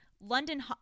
London